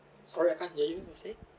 sorry I can't hear you say